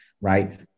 right